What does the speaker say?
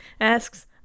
asks